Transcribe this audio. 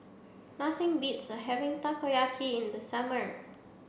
nothing beats having Takoyaki in the summer